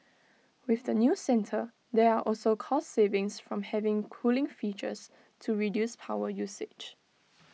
with the new centre there are also cost savings from having cooling features to reduce power usage